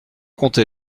compter